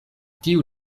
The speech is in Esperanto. tiu